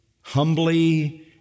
humbly